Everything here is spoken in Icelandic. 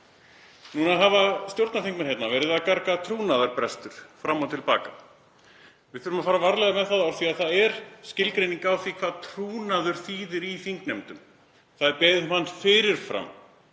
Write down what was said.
Núna hafa stjórnarþingmenn verið að garga trúnaðarbrestur fram og til baka. Við þurfum að fara varlega með það orð. Það er til skilgreining á því hvað trúnaður þýðir í þingnefndum. Maður er beðinn um það fyrir fram